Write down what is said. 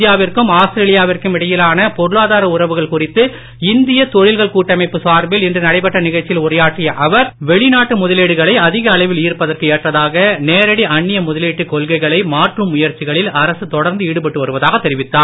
இந்தியாவிற்கும் ஆஸ்திரேலியாவிற்கும் இடையிலான பொருளாதார உறவுகள் குறித்து இந்திய தொழில்கள் கூட்டமைப்பு சார்பில் இன்று நடைபெற்ற நிகழ்ச்சியில் உரையாற்றிய அவர் வெளிநாட்டு முதலீடுகளை அதிக அளவில் ஈர்ப்பதற்கு ஏற்றதாக நேரடி அன்னிய முதலீட்டுக் கொள்கைகளை மாற்றும் முயற்சிகளில் அரசு தொடர்ந்து ஈடுபட்டு வருவதாக தெரிவித்தார்